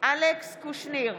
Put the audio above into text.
אלכס קושניר,